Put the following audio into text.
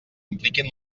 impliquin